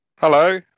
Hello